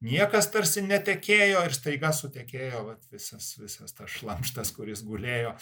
niekas tarsi netekėjo ir staiga sutekėjo vat visas visas tas šlamštas kuris gulėjo